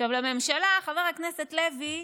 עכשיו, לממשלה, חבר הכנסת לוי,